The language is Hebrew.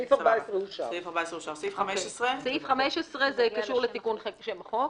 סעיף 15. סעיף 15 קשור לתיקון שם החוק.